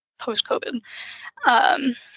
post-COVID